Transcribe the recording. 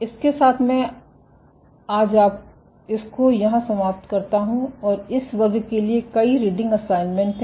इसके साथ मैं आज इसको यहां समाप्त करता हूं और इस वर्ग के लिए कई रीडिंग असाइनमेंट हैं